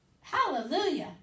hallelujah